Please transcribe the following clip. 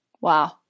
Wow